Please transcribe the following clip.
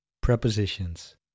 prepositions